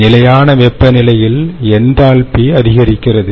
நிலையான வெப்பநிலையில் என்தால்பி அதிகரிக்கிறது